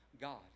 God